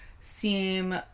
seem